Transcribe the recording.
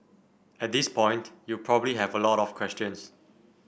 at this point you probably have a lot of questions